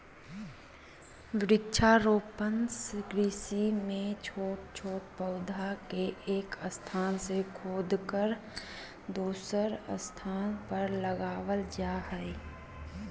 वृक्षारोपण कृषि मे छोट छोट पौधा के एक स्थान से खोदकर दुसर स्थान पर लगावल जा हई